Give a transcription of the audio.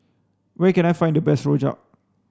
where can I find the best Rojak